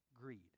greed